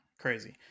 crazy